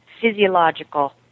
physiological